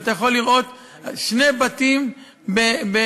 ואתה יכול לראות שני בתים בחברון,